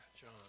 John